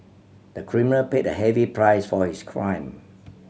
the criminal paid a heavy price for his crime